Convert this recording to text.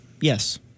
Yes